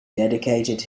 dedicated